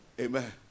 Amen